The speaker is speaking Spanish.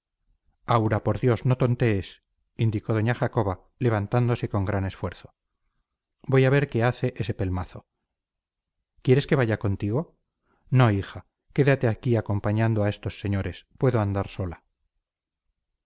aura por dios no tontees indicó doña jacoba levantándose con gran esfuerzo voy a ver qué hace ese pelmazo quieres que vaya contigo no hija quédate aquí acompañando a estos señores puedo andar sola